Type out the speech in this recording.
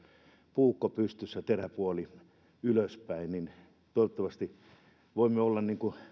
puukko pystyssä teräpuoli ylöspäin toivottavasti voimme olla